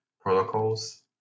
protocols